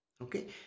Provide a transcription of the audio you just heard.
Okay